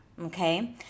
okay